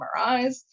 MRIs